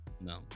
no